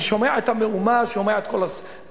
אני שומע את המהומה, שומע את כל זה.